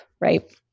Right